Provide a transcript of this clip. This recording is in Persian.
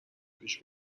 پیش